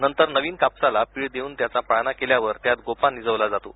नंतर नवीन कापसाला पीळ देऊन त्याचा पाळणा केल्यावर त्यात गोपा निजवला जातो